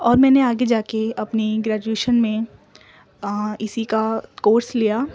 اور میں نے آگے جا کے اپنی گریجوئیشن میں اسی کا کورس لیا